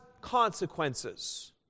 consequences